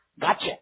gotcha